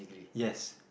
yes